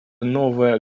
новая